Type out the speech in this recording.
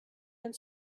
and